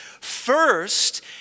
First